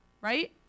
right